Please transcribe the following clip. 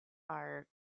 are